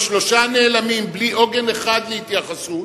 עם שלושה נעלמים בלי עוגן אחד להתייחסות,